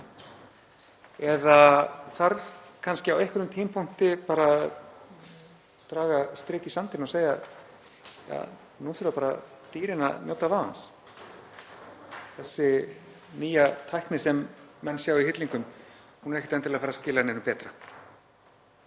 eða þarf kannski á einhverjum tímapunkti að draga strik í sandinn og segja: Nú þurfa dýrin bara að njóta vafans? Þessi nýja tækni sem menn sjá í hillingum er ekkert endilega að fara að skila neinu betra.